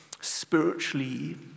spiritually